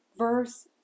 Verse